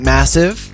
Massive